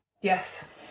Yes